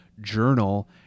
Journal